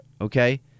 okay